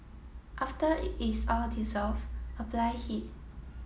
after it is all dissolve apply heat